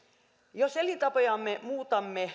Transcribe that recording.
jos muutamme